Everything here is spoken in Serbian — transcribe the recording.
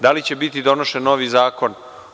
Da li će biti donošen novi zakon?